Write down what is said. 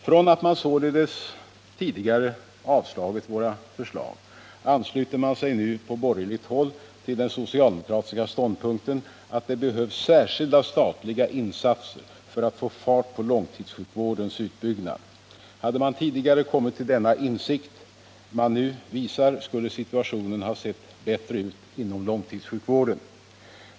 Från att man således tidigare avslagit våra förslag ansluter man sig nu på borgerligt håll till den socialdemokratiska ståndpunkten att det behövs särskilda statliga insatser för att få fart på långtidssjukvårdens utbyggnad. Hade man tidigare kommit till den insikt man nu visar skulle situationen ha sett bättre ut inom långtidssjukvården.